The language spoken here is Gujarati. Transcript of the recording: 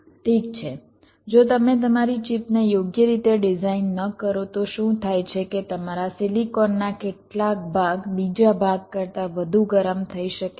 ઠીક છે જો તમે તમારી ચિપને યોગ્ય રીતે ડિઝાઇન ન કરો તો શું થાય છે કે તમારા સિલિકોન ના કેટલાક ભાગ બીજા ભાગ કરતાં વધુ ગરમ થઈ શકે છે